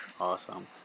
awesome